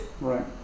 Right